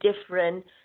different